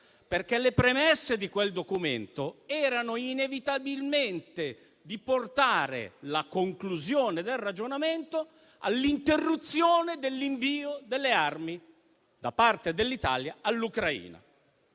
perché le premesse di quel documento erano inevitabilmente di portare la conclusione del ragionamento all'interruzione dell'invio delle armi da parte dell'Italia all'Ucraina.